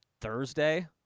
Thursday